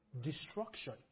Destruction